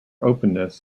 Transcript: openness